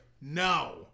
no